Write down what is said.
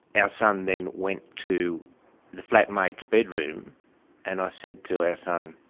ah son then went to the flatmate's bedroom and i said to our son,